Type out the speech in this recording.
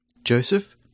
Joseph